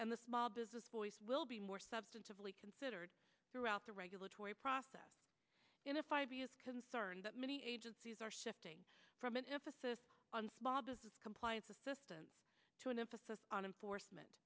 and the small business will be more substantively considered throughout the regulatory process in the five years concerned that many agencies are shifting from an emphasis on small business compliance assistance to an emphasis on enforcement